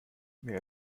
mir